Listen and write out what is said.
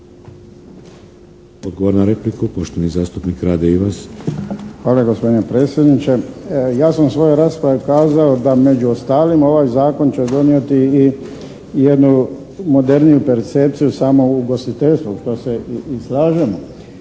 Odgovor na repliku poštovani zastupnik Rade Ivas. **Ivas, Rade (HDZ)** Hvala gospodine predsjedniče. Ja sam u svojoj raspravi kazao da među ostalim ovaj zakon će donijeti i jednu moderniju percepciju samog ugostitelja što se i slažemo,